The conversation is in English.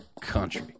COUNTRY